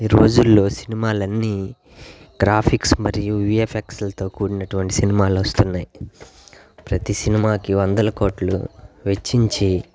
ఈరోజుల్లో సినిమాలన్నీ గ్రాఫిక్స్ మరియు విఎఫ్ఎక్స్లతో కూడినటువంటి సినిమాలు వస్తున్నాయి ప్రతి సినిమాకి వందల కోట్లు వెచ్చించి